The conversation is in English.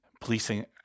policing